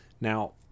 Now